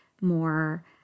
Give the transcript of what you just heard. more